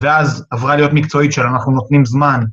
ואז עברה להיות מקצועית שאנחנו נותנים זמן.